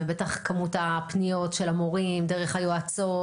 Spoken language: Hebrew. ובטח כמות הפניות של המורים דרך היועצות,